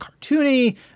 cartoony